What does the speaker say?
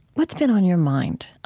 what's been on your mind?